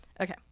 Okay